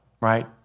right